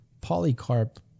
Polycarp